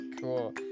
Cool